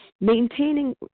Maintaining